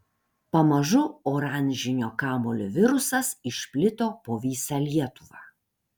pamažu oranžinio kamuolio virusas išplito po visą lietuvą